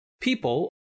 people